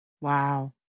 Wow